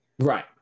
Right